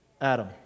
Adam